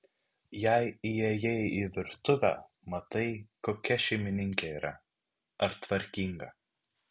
jei įėjai į virtuvę matai kokia šeimininkė yra ar tvarkinga